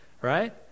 right